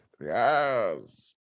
Yes